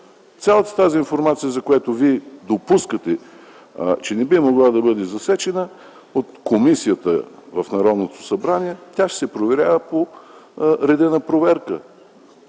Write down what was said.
Цялата тази информация, за която Вие допускате, че не би могла да бъде засечена от комисията в Народното събрание, ще се проверява по реда на проверка